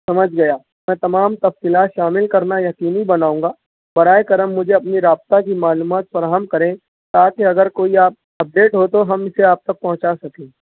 سمجھ گیا میں تمام تفصیلات شامل کرنا یقینی بناؤں گا برائے کرم مجھے اپنی رابطہ کی معلومات فراہم کریں ساتھ ہی اگر کوئی آپ اپ ڈیٹ ہو تو ہم اسے آپ تک پہونچا سکیں